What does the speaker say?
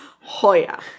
Hoya